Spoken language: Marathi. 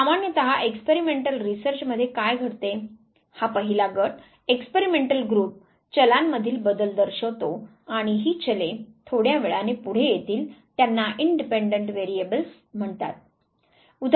सामान्यत एक्सपेरिमेंटल रिसर्च मध्ये काय घडते हा पहिला गट एक्सपेरिमेंटल ग्रुप चलांमधील बदल दर्शवतो आणि ही चले थोड्या वेळाने पुढे येतील त्यांना इंडिपेंडेंट व्हॅरिएबल्स म्हणतात